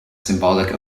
symbolic